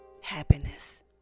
happiness